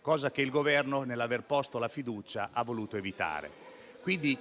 cosa che il Governo, ponendo la fiducia, ha voluto evitare. Quindi,